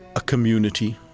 a community